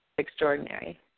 extraordinary